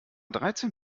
dreizehn